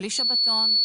בלי שבתון,